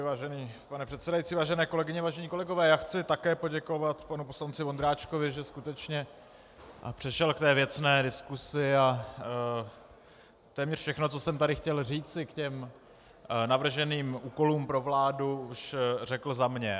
Vážený pane předsedající, vážené kolegyně, vážení kolegové, chci také poděkovat panu poslanci Vondráčkovi, že skutečně přešel k věcné diskusi a téměř všechno, co jsem tady chtěl říci k navrženým úkolům pro vládu, už řekl za mě.